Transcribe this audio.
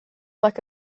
like